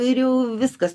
ir jau viskas